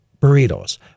Burritos